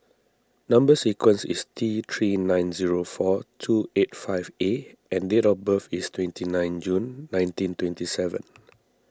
Number Sequence is T three nine zero four two eight five A and date of birth is twenty nine June nineteen twenty seven